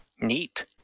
Neat